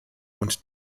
und